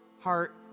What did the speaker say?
heart